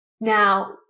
Now